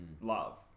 love